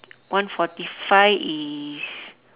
one forty five is